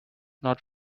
not